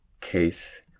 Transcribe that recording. case